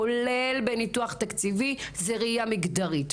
כולל בניתוח תקציבי זה ראייה מגדרית.